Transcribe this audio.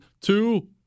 Two